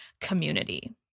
community